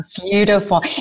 Beautiful